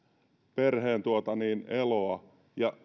perheen eloa